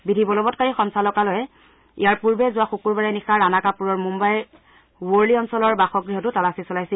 বিধি বলবৎকাৰী সঞ্চালকালয়ে ইয়াৰ পূৰ্বে যোৱা শুকূৰবাৰে নিশা ৰাণা কাপুৰৰ মুয়াইৰ ৱৰ্লি অঞ্চলৰ বাসগ্হতো তালাচী চলাইছিল